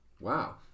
Wow